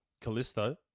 Callisto